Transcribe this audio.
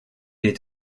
est